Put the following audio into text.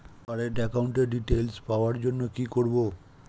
Current একাউন্টের details পাওয়ার জন্য কি করব?